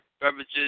beverages